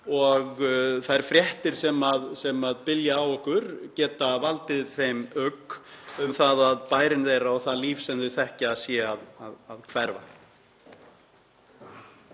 og þær fréttir sem bylja á okkur geta valdið þeim ugg um það að bærinn þeirra og það líf sem þau þekkja sé að hverfa.